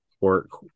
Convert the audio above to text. work